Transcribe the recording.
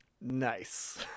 Nice